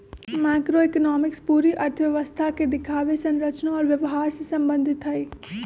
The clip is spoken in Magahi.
मैक्रोइकॉनॉमिक्स पूरी अर्थव्यवस्था के दिखावे, संरचना और व्यवहार से संबंधित हई